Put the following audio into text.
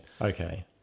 Okay